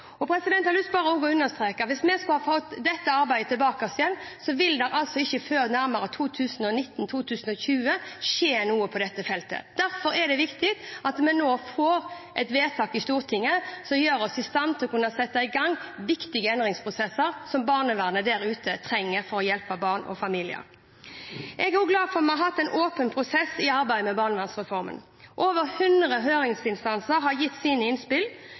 Jeg har også lyst til bare å understreke at hvis vi skulle ha fått dette arbeidet tilbake igjen, så ville det altså ikke skje noe på dette feltet før nærmere 2019–2020. Derfor er det viktig at vi nå får et vedtak i Stortinget som gjør oss i stand til å kunne sette i gang viktige endringsprosesser som barnevernet der ute trenger for å hjelpe barn og familier. Jeg er også glad for at vi har hatt en åpen prosess i arbeidet med barnevernsreformen. Over 100 høringsinstanser har gitt sine innspill.